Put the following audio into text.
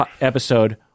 episode